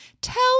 Tell